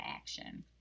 action